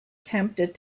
tempted